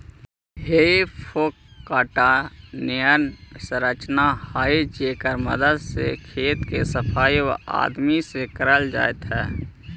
हेइ फोक काँटा निअन संरचना हई जेकर मदद से खेत के सफाई वआदमी से कैल जा हई